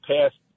past